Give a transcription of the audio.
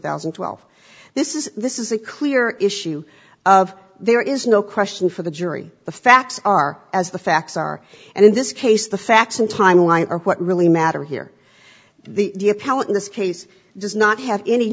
thousand and twelve this is this is a clear issue of there is no question for the jury the facts are as the facts are and in this case the facts and timeline are what really matter here the appellate in this case does not have any